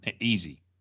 easy